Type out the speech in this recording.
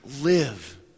live